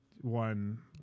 one